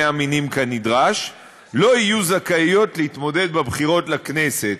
המינים כנדרש לא יהיו זכאיות להתמודד בבחירות לכנסת,